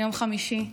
ביום חמישי.